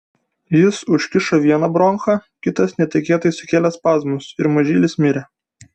jis užkišo vieną bronchą kitas netikėtai sukėlė spazmus ir mažylis mirė